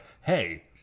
hey